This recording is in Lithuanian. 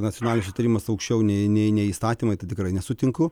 nacionalinis susitarimas aukščiau nei nei nei įstatymai tai tikrai nesutinku